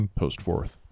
post-fourth